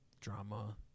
drama